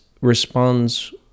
responds